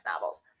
novels